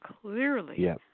clearly